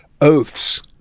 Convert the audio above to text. oaths